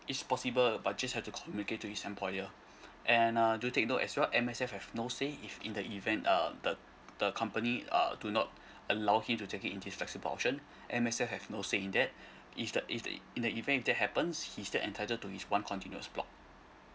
is possible but just have to communicate to his employer and uh do take note as well M_S_F have no say if in the event uh the the company uh do not allow him to take in his flexible option M_S_F have no say in that if the if the in the event that happens he's still entitled to his one continuous block